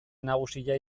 nagusia